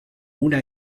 una